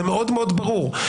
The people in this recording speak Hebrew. זה מאוד מאוד ברור.